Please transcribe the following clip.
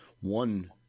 one